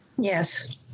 Yes